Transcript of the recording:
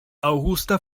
augusta